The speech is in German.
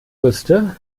wüsste